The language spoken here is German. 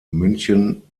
münchen